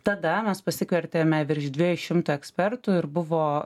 tada mes pasikviertėme virš dviejų šimtų ekspertų ir buvo